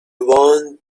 want